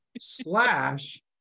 slash